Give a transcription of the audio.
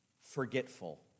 forgetful